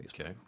Okay